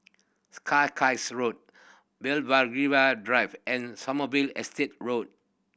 Road Drive and Sommerville Estate Road